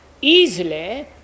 easily